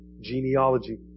genealogy